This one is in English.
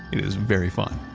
it is very fun,